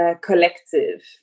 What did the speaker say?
collective